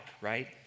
right